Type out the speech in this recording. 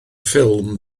ffilm